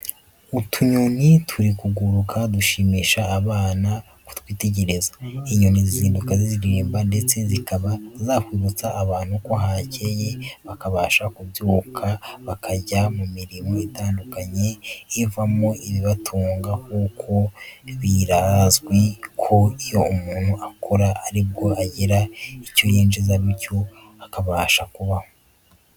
Utunyoni turi kuguruka dushimisha abana kutwitegereza. Inyini zizinduka ziririmba ndetse zikaba zakwibutsa abantu ko hacyeye bakabasha kubyuka bakajya mu mirirmo itandukanye ivamo ibibatunga kuko birazwi ko iyo umuntu akora ari bwo agira icyo yinjiza bityo akabasha kubaho.